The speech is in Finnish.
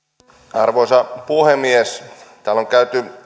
arvoisa puhemies täällä on käyty